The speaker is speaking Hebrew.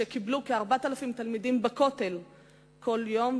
שקיבלו כ-4,000 תלמידים בכותל כל יום.